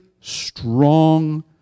strong